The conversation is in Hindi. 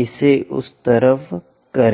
इसे उस तरफ करें